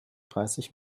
dreißig